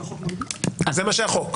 זה החוק.